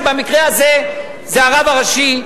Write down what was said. שבמקרה הזה זה הרב הראשי,